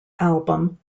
album